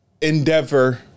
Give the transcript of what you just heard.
Endeavor